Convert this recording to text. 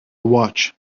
watch